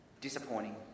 disappointing